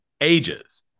ages